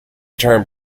term